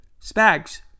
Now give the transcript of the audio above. Spags